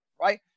right